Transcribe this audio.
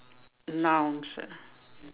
nouns ah